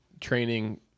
training